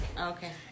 Okay